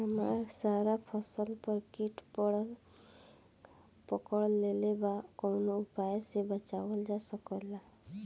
हमर सारा फसल पर कीट पकड़ लेले बा कवनो उपाय से बचावल जा सकेला?